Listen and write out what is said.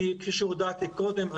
אני רוצה להתנצל כי כפי שהודעתי קודם,